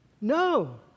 No